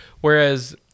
whereas